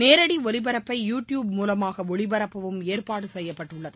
நேரடிஒலிபரப்பை YouTube மூலமாகஒளிபரப்பவும் ஏற்பாடுசெய்யப்பட்டுள்ளது